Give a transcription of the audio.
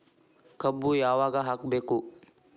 ಕಬ್ಬು ಯಾವಾಗ ಹಾಕಬೇಕು?